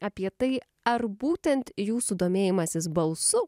apie tai ar būtent jūsų domėjimasis balsu